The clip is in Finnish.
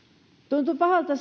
tuntui pahalta